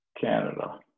Canada